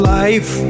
life